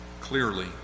clearly